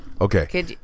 Okay